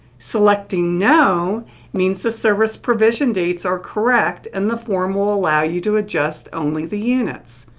selecting no means the service provision dates are correct and the form will allow you to adjust only the units.